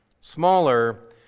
smaller